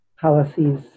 policies